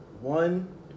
One